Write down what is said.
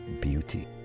beauty